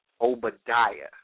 Obadiah